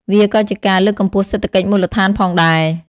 វាក៏ជាការលើកកម្ពស់សេដ្ឋកិច្ចមូលដ្ឋានផងដែរ។